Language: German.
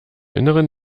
innern